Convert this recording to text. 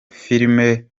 filime